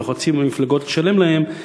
ולוחצים על המפלגות לשלם להם,